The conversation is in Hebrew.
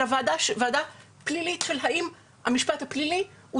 אלא ועדה פלילית שדנה בשאלה האם המשפט הפלילי הוא